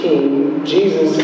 Jesus